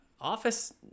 office